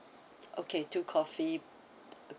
okay two coffee